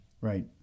Right